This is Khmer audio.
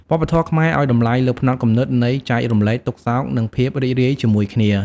វប្បធម៌ខ្មែរឲ្យតម្លៃលើផ្នត់គំនិតនៃ«ចែករំលែកទុក្ខសោកនិងភាពរីករាយជាមួយគ្នា»។